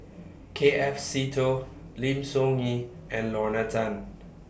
K F Seetoh Lim Soo Ngee and Lorna Tan